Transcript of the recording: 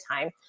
time